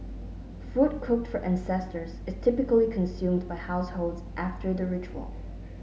food cooked for ancestors is typically consumed by households after the ritual